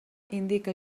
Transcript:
indica